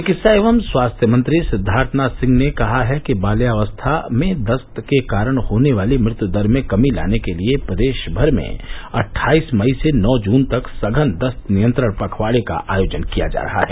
चिकित्सा एवं स्वास्थ्य मंत्री सिद्वार्थ नाथ सिंह ने कहा कि बाल्यावस्था में दस्त के कारण होने वाली मृत्यू दर में कमी लाने के लिये प्रदेश भर में अटठाईस मई से नौ जून तक सघन दस्त नियंत्रण पखवाड़े का आयोजन किया जा रहा है